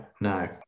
no